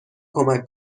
کمک